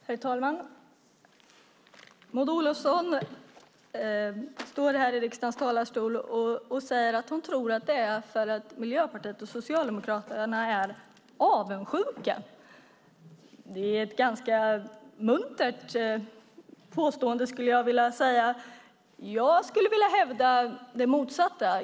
Herr talman! Maud Olofsson står i riksdagens talarstol och säger att hon tror att Miljöpartiet och Socialdemokraterna är avundsjuka. Det är ett ganska muntert påstående. Jag skulle vilja hävda det motsatta.